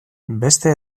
beste